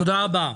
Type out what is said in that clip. תודה רבה.